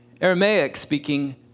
Aramaic-speaking